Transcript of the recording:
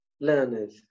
learners